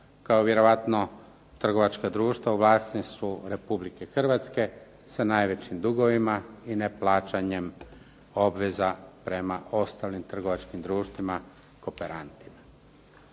kao vjerojatno trgovačka društva u vlasništvu Republike Hrvatske sa najvećim dugovima i ne plaćanjem obveza prema ostalim trgovačkim društvima kooperantima.